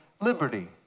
liberty